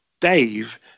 Dave